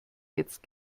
jetzt